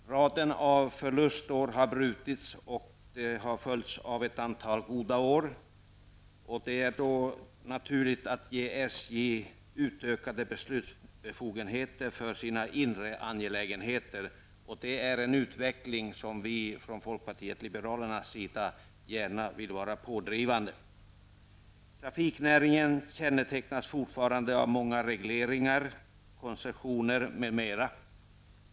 Raden av förlustår har brutits, och dessa har följts av ett antal goda år. Det är då naturligt att ge SJ utökade beslutsbefogenheter för sina inre angelägenheter. I fråga om denna utveckling vill vi i folkpartiet liberalerna gärna vara pådrivande. Trafiknäringen kännetecknas fortfarande av många regleringar, koncessioner, m.m.